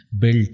built